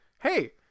Hey